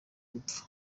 gupfa